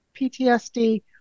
PTSD